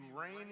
rain